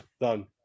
done